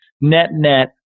net-net